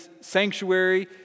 sanctuary